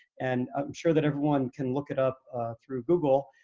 and i'm sure that everyone can look it up through google,